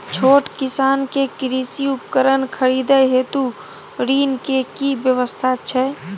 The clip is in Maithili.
छोट किसान के कृषि उपकरण खरीदय हेतु ऋण के की व्यवस्था छै?